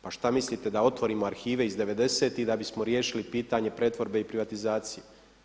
Pa šta mislite da otvorimo arhive iz devedesetih da bismo riješili pitanje pretvorbe i privatizacije?